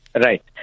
Right